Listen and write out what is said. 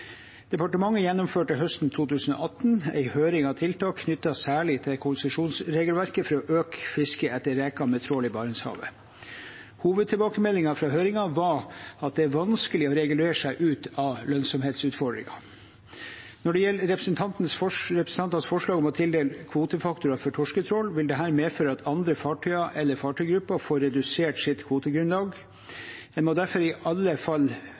Departementet gjennomførte høsten 2018 en høring av tiltak knyttet særlig til konsesjonsregelverket, for å øke fisket etter reker med trål i Barentshavet. Hovedtilbakemeldingen fra høringen var at det er vanskelig å regulere seg ut av lønnsomhetsutfordringer. Når det gjelder representantenes forslag om å tildele kvotefaktorer for torsketrål, vil dette medføre at andre fartøyer eller fartøygrupper får redusert sitt kvotegrunnlag. En må derfor i alle fall